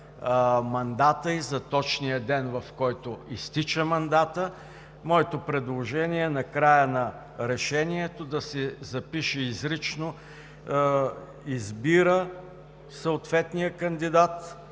мандата и за точния ден, в който изтича мандатът, моето предложение е накрая на решението да се запише изрично „избира съответния кандидат